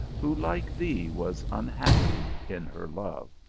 who, like thee, was unhappy in her love.